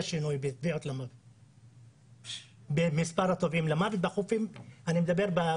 שינוי במספר הטובעים למוות בחופים המוכרזים,